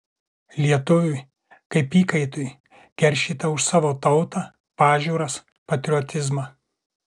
lietuviui kaip įkaitui keršyta už savo tautą pažiūras patriotizmą